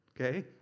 Okay